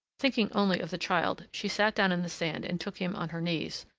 thinking only of the child, she sat down in the sand and took him on her knees,